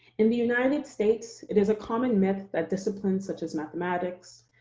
in the united states, it is a common myth that disciplines such as mathematics,